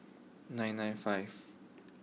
nine nine five